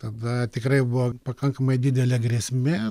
tada tikrai buvo pakankamai didelė grėsmė